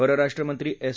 परराष्ट्रमंत्री एस